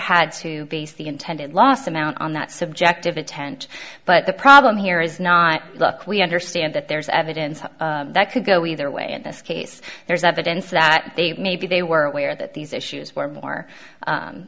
the intended loss amount on that subjective intent but the problem here is not look we understand that there's evidence that could go either way in this case there's evidence that they maybe they were aware that these issues were more